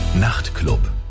Nachtclub